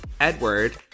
Edward